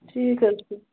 ٹھیٖک حَظ چھُ